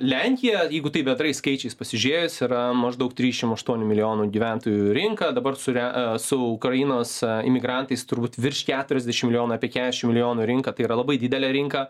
lenkija jeigu tai bendrais skaičiais pasižiūrėjus yra maždaug trišim aštuonių milijonų gyventojų rinka dabar sure su ukrainos imigrantais turbūt virš keturiasdešim milijonų apie kiašim milijonų rinka tai yra labai didelė rinka